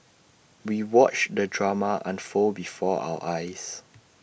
we watched the drama unfold before our eyes